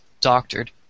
doctored